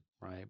right